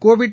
Covid